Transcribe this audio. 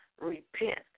Repent